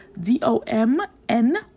D-O-M-N